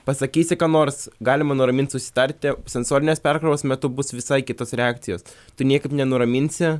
pasakysi ką nors galima nuramint susitarti sensorinės perkrovos metu bus visai kitos reakcijos tu niekaip nenuraminsi